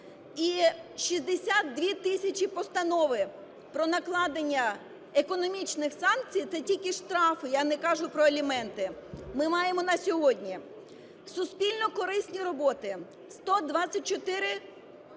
І 62 тисячі постанови про накладення економічних санкцій – це тільки штрафи, я не кажу про аліменти, - ми маємо на сьогодні. Суспільно корисні роботи. 124